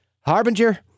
Harbinger